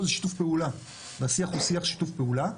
זה שיתוף פעולה והשיח הוא שיח שיתוף פעולה.